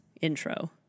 intro